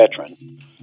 veteran